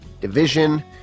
Division